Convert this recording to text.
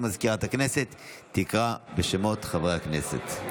חברי הכנסת,